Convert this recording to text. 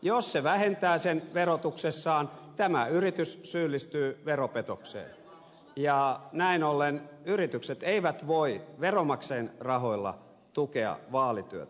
jos se vähentää vaalituen verotuksessaan tämä yritys syyllistyy veropetokseen ja näin ollen yritykset eivät voi veronmaksajien rahoilla tukea vaalityötä